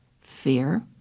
fear